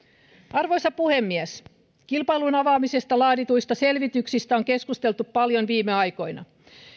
arvoisa puhemies kilpailun avaamisesta laadituista selvityksistä on keskusteltu paljon viime aikoina